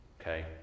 okay